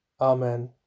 Amen